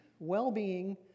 well-being